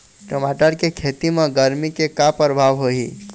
टमाटर के खेती म गरमी के का परभाव होही?